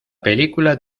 película